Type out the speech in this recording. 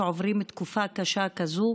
שעוברים תקופה קשה כזאת,